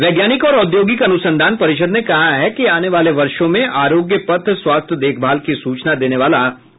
वैज्ञानिक और औद्योगिक अनुसंधान परिषद ने कहा है कि आने वाले वर्षों में आरोग्य पथ स्वास्थ्य देखभाल की सूचना देने वाला प्रमुख केंद्र होगा